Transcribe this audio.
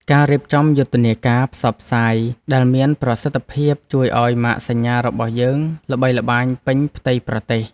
ការរៀបចំយុទ្ធនាការផ្សព្វផ្សាយដែលមានប្រសិទ្ធភាពជួយឱ្យម៉ាកសញ្ញារបស់យើងល្បីល្បាញពេញផ្ទៃប្រទេស។